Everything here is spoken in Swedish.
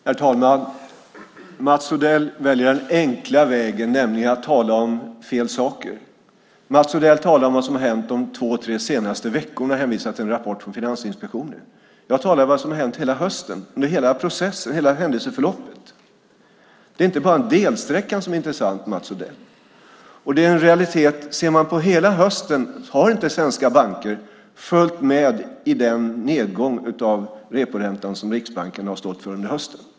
Herr talman! Mats Odell väljer den enkla vägen, nämligen att tala om fel saker. Mats Odell talar om vad som har hänt de två tre senaste veckorna och hänvisar till en rapport från Finansinspektionen. Jag talar om vad som har hänt under hela hösten, under hela processen, hela händelseförloppet. Det är inte bara delsträckan som är intressant, Mats Odell. Ser man på hela hösten har inte svenska banker följt med i den nedgång av reporäntan som Riksbanken har stått för under hösten.